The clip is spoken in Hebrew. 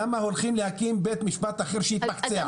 למה הולכים להקים בית משפט אחר שיתמקצע?